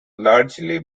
largely